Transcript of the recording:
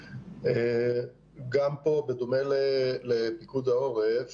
גם פה, בדומה לפיקוד העורף